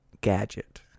Gadget